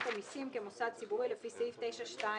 המסים כמוסד ציבורי לפי סעיף 9(2)(ב)."